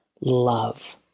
love